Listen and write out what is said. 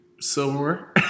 Silverware